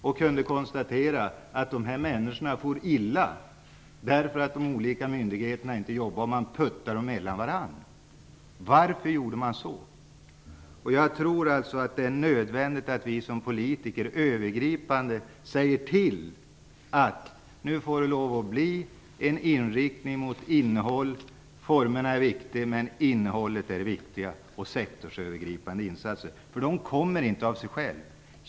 Vi kunde konstatera att dessa människor for illa, eftersom de olika myndigheterna puttade dem emellan sig. Varför gjorde de så? Jag tror att det är nödvändigt att vi som politiker övergripande säger att det måste bli en inriktning på innehållet. Formerna är viktiga, men innehållet och sektorsövergripande insatser är viktigast. Detta förhållande uppstår nämligen inte av sig självt.